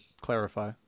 clarify